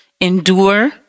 endure